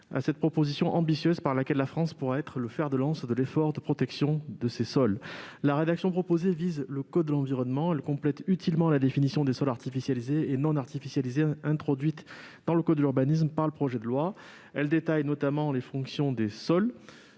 à cette proposition ambitieuse par laquelle la France pourra être le fer de lance de l'effort de protection des sols. La rédaction proposée vise le code de l'environnement. Elle complète utilement la définition des sols artificialisés et non artificialisés introduite dans le code de l'urbanisme par le projet de loi. Elle détaille notamment les fonctions des sols.